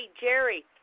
Jerry